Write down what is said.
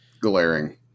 Glaring